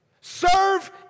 Serve